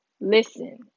listen